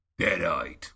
deadite